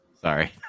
Sorry